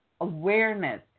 awareness